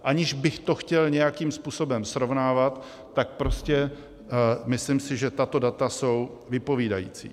Aniž bych to chtěl nějakým způsobem srovnávat, tak prostě myslím si, že tato data jsou vypovídající.